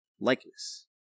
likeness